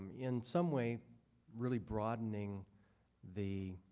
in some way really broadening the